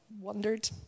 wondered